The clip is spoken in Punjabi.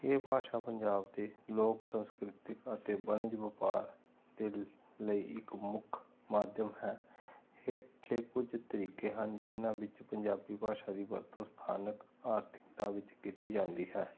ਇਹ ਭਾਸ਼ਾ ਪੰਜਾਬ ਦੇ ਲੋਕ ਸੰਸਕ੍ਰਿਤ ਅਤੇ ਵਣਜ ਵਪਾਰ ਦੇ ਲੀ ਲਈ ਇੱਕ ਮੁੱਖ ਮਾਧਿਅਮ ਹੈ ਹੇਠਲੇ ਕੁਝ ਤਰੀਕੇ ਹਨ ਜਿਹਨਾਂ ਵਿੱਚ ਪੰਜਾਬੀ ਭਾਸ਼ਾ ਦੀ ਵਰਤੋਂ ਸਥਾਨਕ ਆਰਥਿਕਤਾ ਵਿੱਚ ਕੀਤੀ ਜਾਂਦੀ ਹੈ